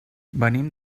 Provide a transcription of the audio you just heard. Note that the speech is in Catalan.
venim